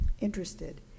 Interested